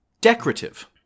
decorative